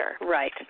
Right